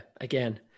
Again